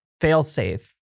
failsafe